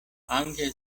anche